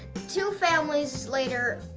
two families later,